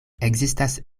ekzistas